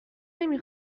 نمی